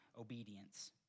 obedience